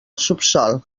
subsòl